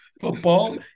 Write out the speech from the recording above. football